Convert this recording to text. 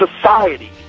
society